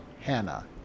Hannah